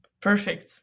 Perfect